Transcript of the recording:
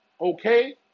okay